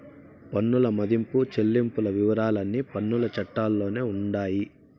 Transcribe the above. పన్నుల మదింపు చెల్లింపుల వివరాలన్నీ పన్నుల చట్టాల్లోనే ఉండాయి